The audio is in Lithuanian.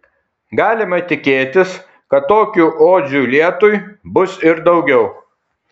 galima tikėtis kad tokių odžių lietui bus ir daugiau